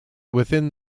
within